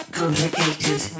Complicated